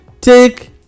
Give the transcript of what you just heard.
take